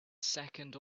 second